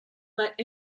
let